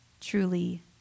truly